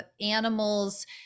animals